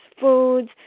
foods